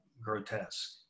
grotesque